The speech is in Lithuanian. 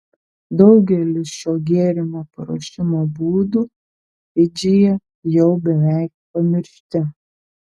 daugelis šio gėrimo paruošimo būdų fidžyje jau beveik pamiršti